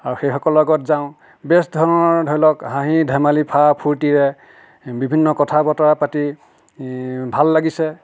আৰু সেই সকলৰ লগত যাওঁ বেচ ধৰণৰ ধৰি লওঁক হাঁহি ধেমালি ফাৰা ফুৰ্টিৰে বিভিন্ন কথা বতৰা পাতি ভাল লাগিছে